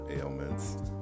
ailments